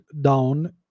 down